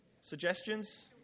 suggestions